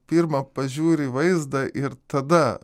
pirma pažiūri vaizdą ir tada